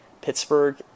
Pittsburgh